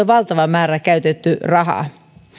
valtava määrä käytetty rahaa